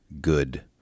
good